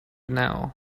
now